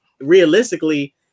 realistically